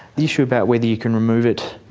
the issue about whether you can remove it,